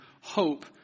hope